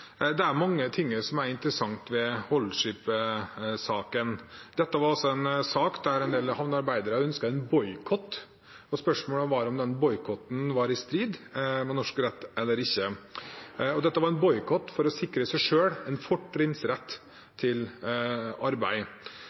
Det er mange ting som er interessant ved Holship-saken. Dette var en sak der en del havnearbeidere ønsket en boikott, og spørsmålet var om den boikotten var i strid med norsk rett eller ikke. Dette var en boikott for å sikre seg selv en fortrinnsrett til arbeid.